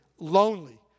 Lonely